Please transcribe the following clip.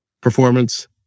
performance